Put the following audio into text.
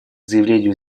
заявлению